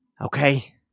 Okay